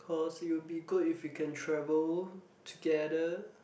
cause it will be good if we can travel together